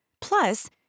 Plus